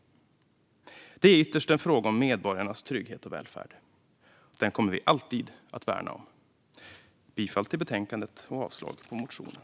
Det är ytterst en fråga om medborgarnas trygghet och välfärd. Den kommer vi alltid att värna om. Jag yrkar bifall till förslaget i betänkandet och avslag på motionen.